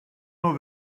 nhw